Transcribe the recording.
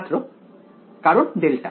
ছাত্র কারণ ডেল্টা